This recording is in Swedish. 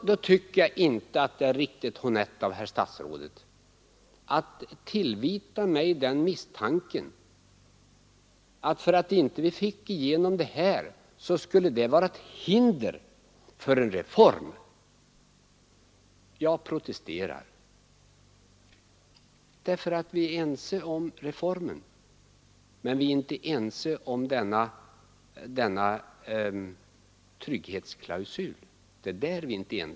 Då tycker jag inte att det är riktigt honnett av herr statsrådet att tillvita oss att, för att vi inte fick igenom vårt förslag, vilja hindra en reform. Jag protesterar. Vi är ense om reformen, men vi är inte ense om denna trygghetsklausul.